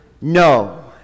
no